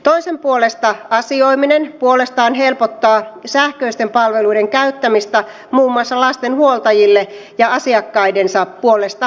toisen puolesta asioiminen puolestaan helpottaa sähköisten palveluiden käyttämistä muun muassa lasten huoltajille ja asiakkaidensa puolesta asioiville